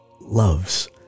loves